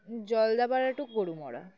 Jaldapara to Gorumara